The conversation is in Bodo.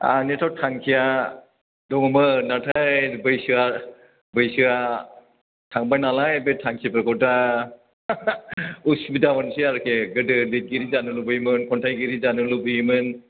आंनिथ' थांखिया दङमोन नाथाय बैसोआ बैसोआ थांबाय नालाय बे थांखिफोरखौ दा असुबिदा मोनसै आरिखि गोदो लिरगिरि जानो लुबैयोमोन खन्थाइगिरि जानो लुबैयोमोन